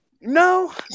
No